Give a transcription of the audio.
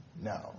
No